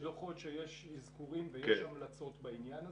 יש דוחות שיש אזכורים ויש המלצות בעניין הזה.